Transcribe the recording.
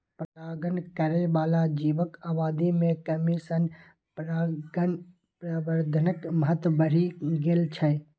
परागण करै बला जीवक आबादी मे कमी सं परागण प्रबंधनक महत्व बढ़ि गेल छै